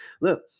Look